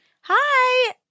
Hi